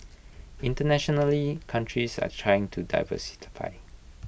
internationally countries are trying to